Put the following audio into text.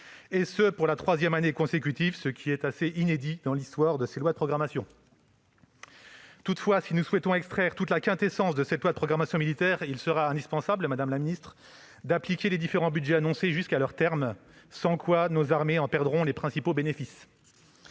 et ce pour la troisième année consécutive, ce qui est relativement inédit dans l'histoire de ces lois de programmation. Toutefois, si nous souhaitons extraire toute la quintessence de cette loi de programmation militaire, madame la ministre, il sera indispensable d'appliquer les différents budgets annoncés jusqu'à leur terme, sans quoi nos armées en perdront les principaux bénéfices.